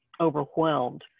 overwhelmed